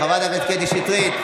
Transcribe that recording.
חברת הכנסת קטי שטרית,